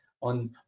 on